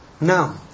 now